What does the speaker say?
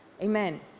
amen